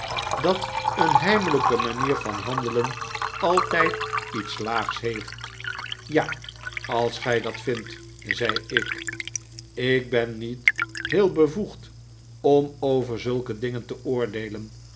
dat een heimelijke manier van handelen altijd iets laags heeft ja als gij dat vindt zei ik ik ben niet heel bevoegd om over zulke dingen te oordeelen